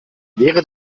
wäre